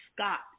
Scott